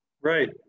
Right